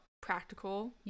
practical